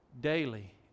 daily